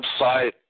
website